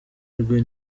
rwe